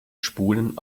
spulen